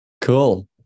cool